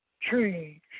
change